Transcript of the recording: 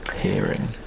hearing